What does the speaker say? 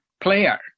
player